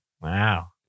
Wow